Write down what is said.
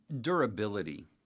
durability